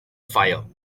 fire